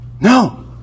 No